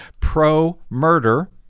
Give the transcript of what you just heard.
pro-murder